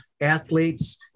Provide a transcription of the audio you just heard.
athletes